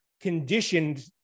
conditioned